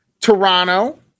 Toronto